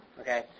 Okay